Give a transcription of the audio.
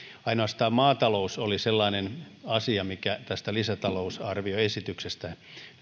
ainoastaan maatalous oli sellainen asia mikä tästä lisätalousarvioesityksestä